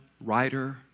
writer